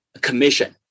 commission